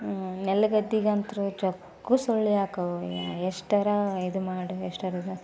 ನೆಲಗದ್ದೆಗಂತು ಚೊಕ್ಕು ಸೊಳ್ಳೆ ಹಾಕವು ಎಷ್ಟಾರ ಇದು ಮಾಡಿ ಎಷ್ಟಾರಿದು